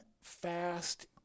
Fast